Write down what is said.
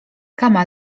kama